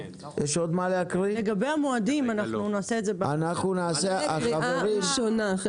לגבי המועדים, נעשה את זה אחרי הקריאה הראשונה.